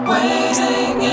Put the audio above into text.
Waiting